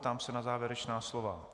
Ptám se na závěrečná slova?